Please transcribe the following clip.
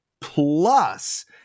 plus